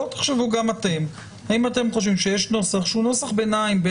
בואו תחשבו גם אתם האם אתם חושבים שיש נוסח שהוא נוסח ביניים.